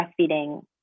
breastfeeding